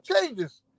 changes